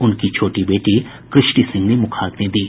उनकी छोटी बेटी कृष्टि सिंह ने मुखाग्नि दी